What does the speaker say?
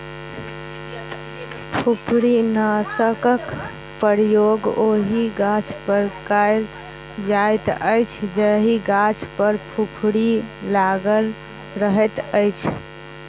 फुफरीनाशकक प्रयोग ओहि गाछपर कयल जाइत अछि जाहि गाछ पर फुफरी लागल रहैत अछि